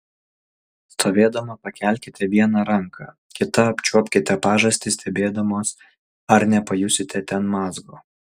stovėdama pakelkite vieną ranką kita apčiuopkite pažastį stebėdamos ar nepajusite ten mazgo